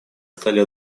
стали